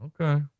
okay